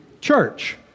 Church